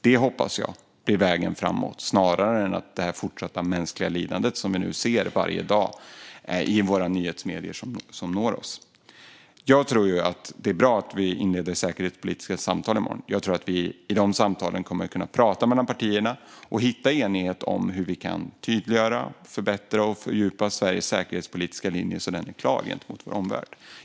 Jag hoppas att detta blir vägen framåt, snarare än att det mänskliga lidandet som varje dag når oss via nyhetsmedierna fortsätter. Det är bra att vi inleder säkerhetspolitiska samtal i morgon. Då kan partierna prata med varandra och hitta enighet om hur vi kan tydliggöra, förbättra och fördjupa Sveriges säkerhetspolitiska linje så att den är klar gentemot vår omvärld.